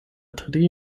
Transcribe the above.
tri